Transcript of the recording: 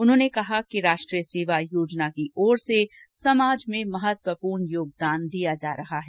उन्होंने कहा कि राष्ट्रीय सेवा योजना की ओर से समाज में महत्वपूर्ण योगदान दिया जा रहा है